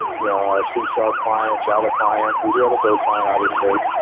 you know our c sharp client, java client, we do have a go client obviously.